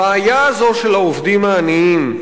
הבעיה הזאת, של העובדים העניים,